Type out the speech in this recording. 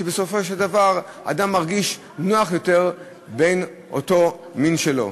בסופו של דבר אדם מרגיש נוח יותר בקרב בני המין שלו.